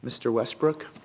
mr westbrook